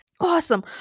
Awesome